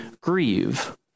grieve